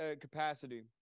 capacity